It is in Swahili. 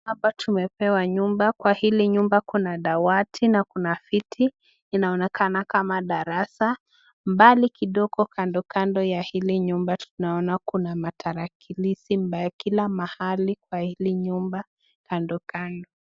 Hapa tumepewa nyumba, kwa hili nyumba kuna dawati na kuna viti. Inaonekana kama darasa, mbali kidogo kando kando ya hili nyumba, tunaona kuna matarakilishi ambayo kila mahali kwa hili nyumba, kando kando.